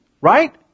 right